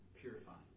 purifying